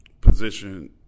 position